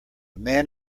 man